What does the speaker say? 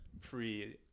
pre